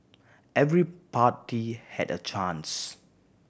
every party had a chance